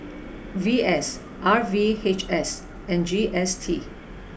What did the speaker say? V S R V H S and G S T